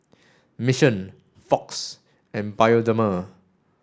Mission Fox and Bioderma